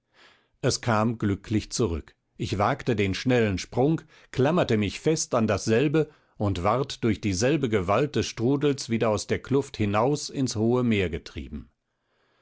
es kam glücklich zurück ich wagte den schnellen sprung klammerte mich fest an dasselbe und ward durch dieselbe gewalt des strudels wieder aus der kluft hinaus ins hohe meer getrieben